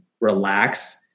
relax